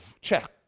check